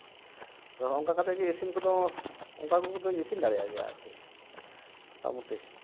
ᱟᱫᱚ ᱦᱚᱸᱜᱼᱚᱝᱠᱟ ᱠᱟᱛᱮᱫ ᱜᱮ ᱤᱥᱤᱱ ᱠᱚᱫᱚ ᱚᱱᱠᱟ ᱠᱚᱫᱚᱧ ᱤᱥᱤᱱ ᱫᱟᱲᱮᱭᱟᱜ ᱜᱮᱭᱟ ᱟᱨᱠᱤ ᱢᱚᱴᱟᱢᱩᱴᱤ